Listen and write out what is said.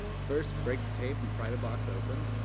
first, break the tape and pry the box open.